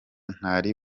ntari